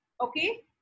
okay